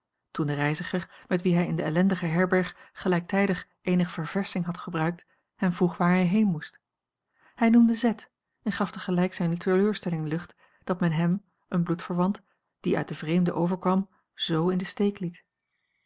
toen de reiziger met wien hij in de ellendige herberg gelijktijdig eenige verversching had gebruikt hem vroeg waar hij heen moest hij noemde z en gaf tegelijk zijne teleurstelling lucht dat men hem een bloedverwant die uit den vreemde overkwam z in den steek liet